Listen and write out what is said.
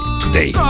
today